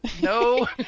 no